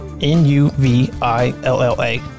N-U-V-I-L-L-A